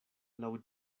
laŭ